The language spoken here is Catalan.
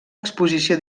exposició